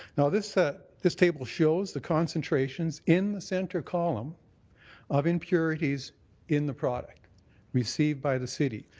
now, this ah this table shows the concentrations in the centre column of impurities in the product received by the city.